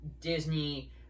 Disney